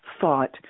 thought